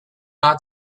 ought